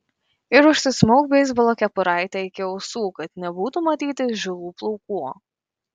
ir užsismauk beisbolo kepuraitę iki ausų kad nebūtų matyti žilų plaukų